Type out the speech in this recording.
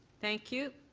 thank you.